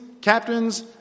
captains